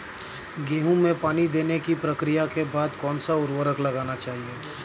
गेहूँ में पानी देने की प्रक्रिया के बाद कौन सा उर्वरक लगाना चाहिए?